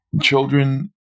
children